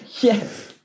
Yes